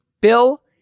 Bill